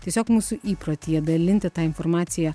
tiesiog mūsų įprotyje dalinti tą informaciją